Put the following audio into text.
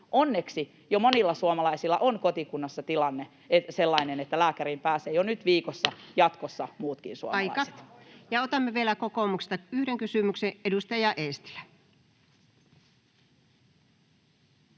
Onneksi jo monilla suomalaisilla on kotikunnassa tilanne sellainen, että lääkäriin pääsee jo nyt viikossa, ja jatkossa pääsevät muutkin suomalaiset. Aika. — Otamme vielä kokoomuksesta yhden kysymyksen. — Edustaja Eestilä.